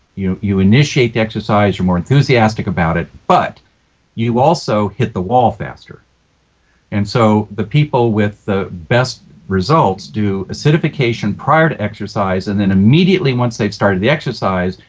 you you initiate the exercise you're more enthusiastic about it, but you also hit the wall faster and so the people with the best results do acidification prior to exercise and then immediately once they've started the exercise,